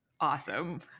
awesome